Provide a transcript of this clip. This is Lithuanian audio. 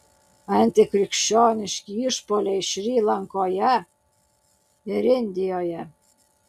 antikrikščioniški išpuoliai šri lankoje ir indijoje